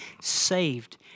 saved